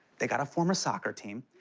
they gotta form a soccer team,